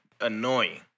annoying